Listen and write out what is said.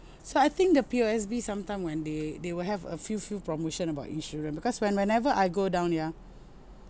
so I think the P_O_S_B sometime when they they will have a few few promotion about insurance because when whenever I go down ya